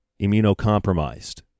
immunocompromised